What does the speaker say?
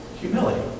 humility